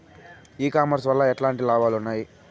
ఈ కామర్స్ వల్ల ఎట్లాంటి లాభాలు ఉన్నాయి?